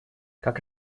как